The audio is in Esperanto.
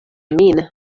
min